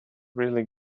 really